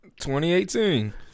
2018